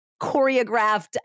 choreographed